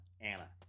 Anna